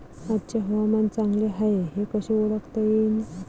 आजचे हवामान चांगले हाये हे कसे ओळखता येईन?